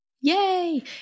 Yay